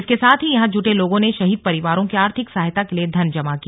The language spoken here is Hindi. इसके साथ ही यहां जुटे लोगों ने शहीद परिवारों की आर्थिक सहायता के लिए धन जमा किया